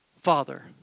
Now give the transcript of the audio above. Father